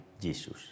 Jesus